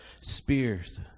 spears